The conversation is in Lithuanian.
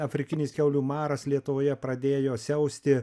afrikinis kiaulių maras lietuvoje pradėjo siausti